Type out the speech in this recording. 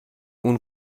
اون